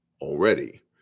already